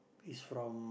is from